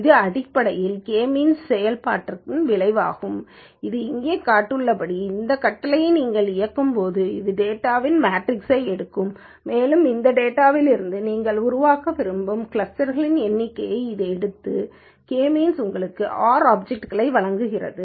இது அடிப்படையில் K means செயல்பாட்டின் விளைவாகும் இது இங்கே காட்டப்பட்டுள்ளபடி இந்த கட்டளையை நீங்கள் இயக்கும்போது அது டேட்டா மேட்ரிக்ஸை எடுக்கும் மேலும் இந்த டேட்டாவிலிருந்து நீங்கள் உருவாக்க விரும்பும் கிளஸ்டர்க்களின் எண்ணிக்கையை இது எடுத்து கே மீன்ஸ் உங்களுக்கு R ஆப்சக்ட்டை வழங்குகிறது